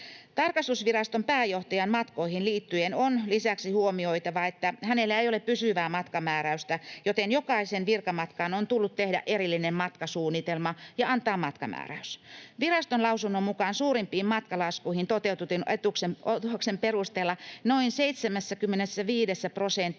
Tarkastusviraston pääjohtajan matkoihin liittyen on lisäksi huomioitava, että hänellä ei ole pysyvää matkamääräystä, joten jokaiseen virkamatkaan on tullut tehdä erillinen matkasuunnitelma ja antaa matkamääräys. Viraston lausunnon mukaan suurimpiin matkalaskuihin toteutetun otoksen perusteella noin 75 prosentissa